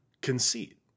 conceit